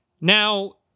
Now